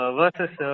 versus